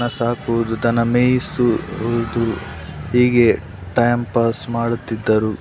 ದನ ಸಾಕುವುದು ದನ ಮೇಯಿಸುವುದು ಹೀಗೆ ಟೈಮ್ ಪಾಸ್ ಮಾಡುತ್ತಿದ್ದರು